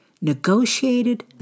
negotiated